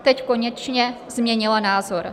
Teď konečně změnila názor.